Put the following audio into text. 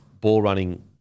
ball-running